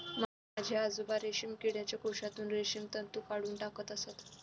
माझे आजोबा रेशीम किडीच्या कोशातून रेशीम तंतू काढून टाकत असत